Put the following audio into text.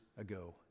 ago